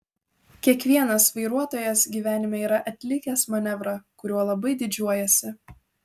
kiekvienas vairuotojas gyvenime yra atlikęs manevrą kuriuo labai didžiuojasi